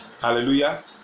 Hallelujah